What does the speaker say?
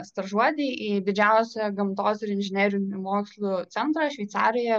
stažuotėj į didžiausią gamtos ir inžinerinių mokslų centrą šveicarijoje